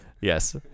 Yes